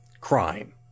crime